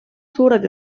suured